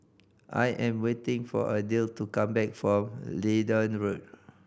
I am waiting for Adell to come back from Leedon Road